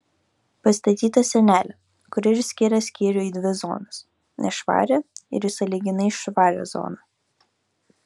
pastatyta sienelė kuri ir skiria skyrių į dvi zonas nešvarią ir į sąlyginai švarią zoną